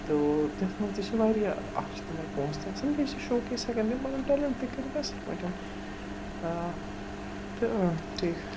تو تٔتھۍ منٛز تہِ چھِ واریاہ اَکھ چھِ تِمَن پونٛسہٕ تہِ آسان بیٚیہِ چھِ شو کیس ہٮ۪کان تِم پنُن ٹٮ۪لٮ۪نٛٹ تہٕ کٔرِتھ اَصٕل پٲٹھۍ تہٕ ٹھیٖک